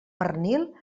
pernil